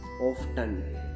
often